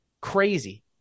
Crazy